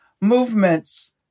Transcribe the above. movements